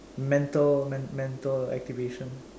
mental mental activation